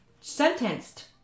sentenced